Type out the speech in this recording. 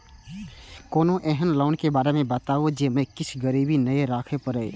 कोनो एहन लोन के बारे मे बताबु जे मे किछ गीरबी नय राखे परे?